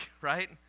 right